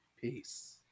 Peace